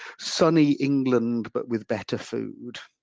sunny england, but with better food.